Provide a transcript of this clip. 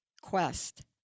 quest